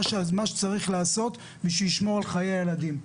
שצריך לעשות בשביל לשמור על חיי הילדים.